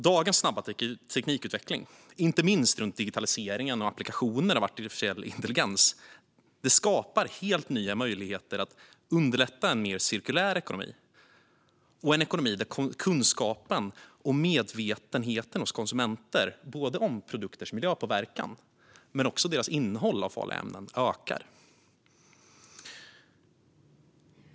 Dagens snabba teknikutveckling, inte minst inom digitalisering och applikationer av artificiell intelligens, skapar helt nya möjligheter att underlätta en mer cirkulär ekonomi där kunskapen och medvetenheten hos konsumenter om produkters miljöpåverkan och deras innehåll av farliga ämnen ökar.